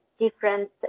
different